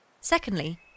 Secondly